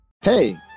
Hey